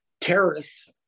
terrorists